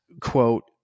quote